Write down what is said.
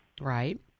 Right